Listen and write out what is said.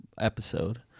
episode